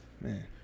man